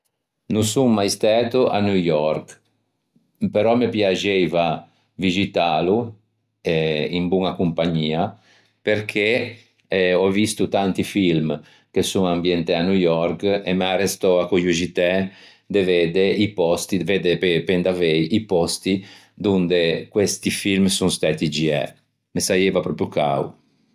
No son mai stæto a New York però me piaxieiva vixitâlo in boña compagnia perché ò visto tanti film che son ambientæ a New York e m'é arrestou a còioxitæ de vedde i pòsti vedde pe in davei i pòsti donde questi film son stæti giæ. Me saieiva pròpio cao.